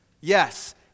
Yes